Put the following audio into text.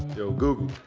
yo google.